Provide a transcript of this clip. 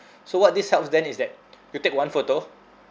so what this helps then is that you take one photo